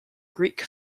greek